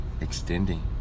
extending